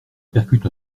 percute